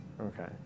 Okay